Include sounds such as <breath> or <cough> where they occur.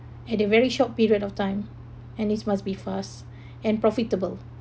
at the very short period of time and is must be fast <breath> and profitable